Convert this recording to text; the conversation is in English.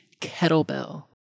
kettlebell